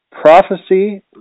Prophecy